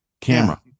camera